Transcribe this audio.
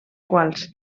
quals